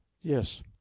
Yes